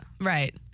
right